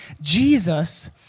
Jesus